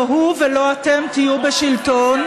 לא הוא ולא אתם תהיו בשלטון.